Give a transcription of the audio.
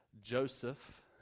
Joseph